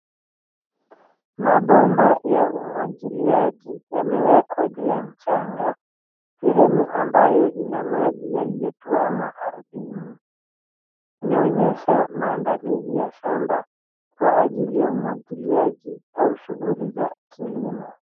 Mabomba ya umwangiliaji yamewekwa juu ya mchanga sehemu ambayo ina maji yaliyotuama ardhini. inaonyesha maandalizi ya shamba kwa ajili ya umwangiliaji au shughuli za kilimo.